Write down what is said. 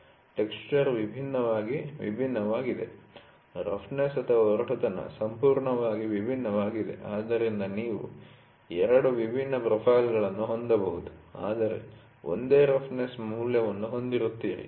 ಟೆಕಶ್ಚರ್'ಗಳು ಸಂಪೂರ್ಣವಾಗಿ ವಿಭಿನ್ನವಾಗಿವೆ ರಫ್ನೆಸ್ಒರಟುತನ ಸಂಪೂರ್ಣವಾಗಿ ವಿಭಿನ್ನವಾಗಿದೆ ಆದ್ದರಿಂದ ನೀವು 2 ವಿಭಿನ್ನ ಪ್ರೊಫೈಲ್ಗಳನ್ನು ಹೊಂದಬಹುದು ಆದರೆ ಒಂದೇ ರಫ್ನೆಸ್ ಮೌಲ್ಯವನ್ನು ಹೊಂದಿರುತ್ತೀರಿ